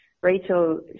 Rachel